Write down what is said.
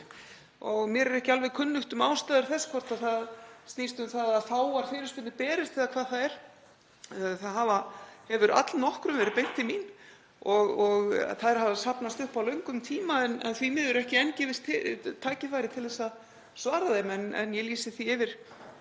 Mér er ekki alveg kunnugt um ástæður þess, hvort það snýst um að fáar fyrirspurnir berist eða hvað það er. Þeim hefur allnokkrum verið beint til mín og þær hafa safnast upp á löngum tíma en því miður hefur ekki enn gefist tækifæri til að svara þeim. En ég lýsi því hér